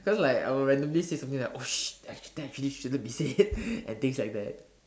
cause like I would randomly say something like oh shit that that actually shouldn't be said and things like that